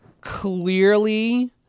Clearly